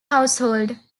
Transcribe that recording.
household